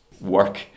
work